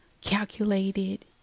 calculated